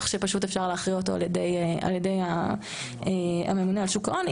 שפשוט אפשר להכריע אותו על ידי הממונה על שוק ההון.